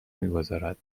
میگذارد